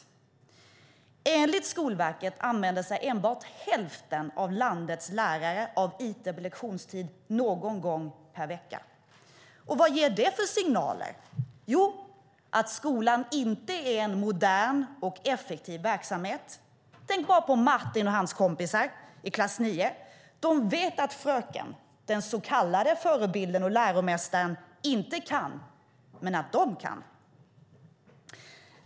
Enligt Skolverket använder sig enbart hälften av landets lärare av it på lektionstid någon gång per vecka. Vad ger det för signaler? Jo, att skolan inte är en modern och effektiv verksamhet. Tänk bara på Martin och hans kompisar i klass 9. De vet att fröken, den så kallade förebilden och läromästaren, inte kan, men att de kan.